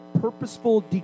purposeful